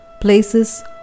places